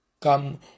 come